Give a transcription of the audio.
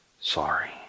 sorry